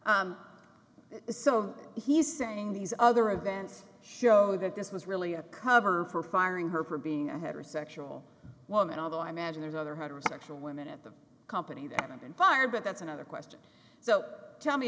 so he's saying these other events show that this was really a cover for firing her for being a heterosexual woman although i imagine there are other had respect for women at the company that had been fired but that's another question so tell me